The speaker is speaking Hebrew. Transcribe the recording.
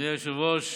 אדוני היושב-ראש,